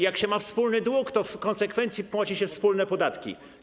Jak się ma wspólny dług, to w konsekwencji płaci się wspólne podatki.